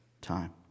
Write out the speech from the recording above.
time